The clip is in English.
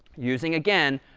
using, again,